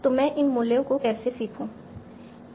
तो मैं इन मूल्यों को कैसे सीखूं